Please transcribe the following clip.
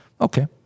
okay